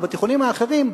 או בתיכונים האחרים,